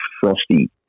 frosty